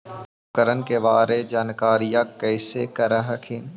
उपकरण के बारे जानकारीया कैसे कर हखिन?